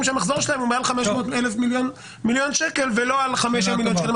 שהמחזור שלהם הוא מעל 500 מיליון שקלים ולא על חמישה מיליון שקלים.